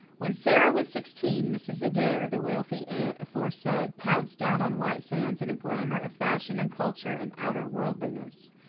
when sara was sixteen mrs. adair, the wealthy aunt aforesaid, pounced down on white sands in a glamour of fashion and culture and outer worldliness.